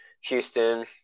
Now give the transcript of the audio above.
Houston